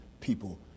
people